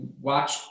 watch